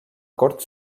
cort